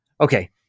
okay